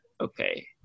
okay